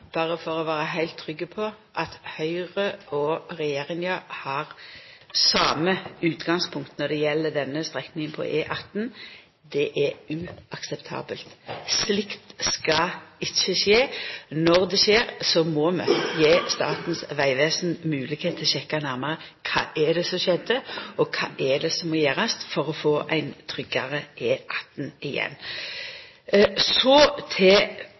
berre for å vera heilt trygg på at Høgre og regjeringa har same utgangspunkt når det gjeld denne strekninga på E18, at det er uakseptabelt. Slikt skal ikkje skje. Når det skjer, må vi gje Statens vegvesen moglegheit til å sjekka nærmare kva det var som skjedde, og kva det er som må gjerast for å få ein tryggare E18 igjen. Så til